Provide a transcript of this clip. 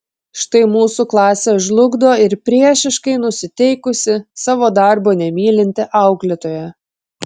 štai mūsų klasę žlugdo ir priešiškai nusiteikusi savo darbo nemylinti auklėtoja